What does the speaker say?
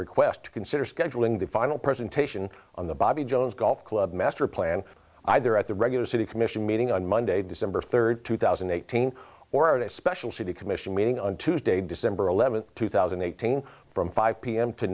request to consider scheduling the final presentation on the bobby jones golf club master plan either at the regular city commission meeting on monday december third two thousand and eighteen or at a special city commission meeting on tuesday december eleventh two thousand and eighteen from five pm to